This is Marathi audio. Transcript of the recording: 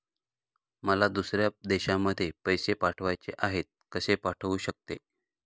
मला दुसऱ्या देशामध्ये पैसे पाठवायचे आहेत कसे पाठवू शकते?